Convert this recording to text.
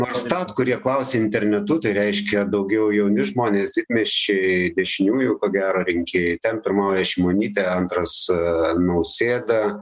norstat kurie klausė internetu tai reiškia daugiau jauni žmonės didmiesčiai dešiniųjų ko gero rinkėjai ten pirmauja šimonytė antras e nausėda